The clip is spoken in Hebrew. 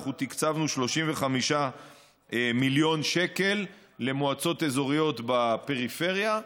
תקצבנו 35 מיליון שקל למועצות אזוריות בפריפריה,